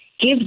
give